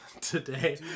today